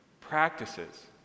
practices